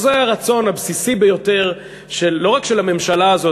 זה הרצון הבסיסי ביותר לא רק של הממשלה הזאת.